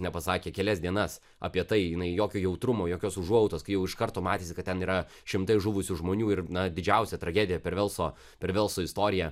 nepasakė kelias dienas apie tai jinai jokio jautrumo jokios užuojautos kai jau iš karto matėsi kad ten yra šimtai žuvusių žmonių ir na didžiausia tragedija per velso per velso istoriją